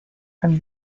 from